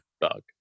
bug